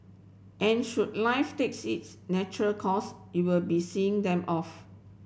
and should life takes its natural course you'll be seeing them off